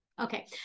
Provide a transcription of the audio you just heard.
Okay